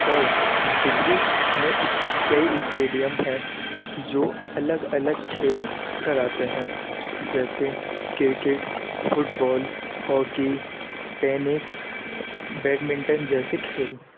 اور دلی میں اس کئی اسٹیڈیم ہیں جو الگ الگ کھیل کراتے ہیں جیسے cricket football hockey tennis badminton جیسے کھیل